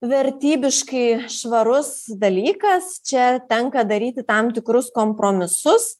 vertybiškai švarus dalykas čia tenka daryti tam tikrus kompromisus